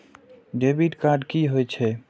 Debit card की होय छे?